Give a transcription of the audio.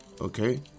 Okay